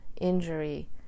injury